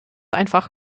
einfach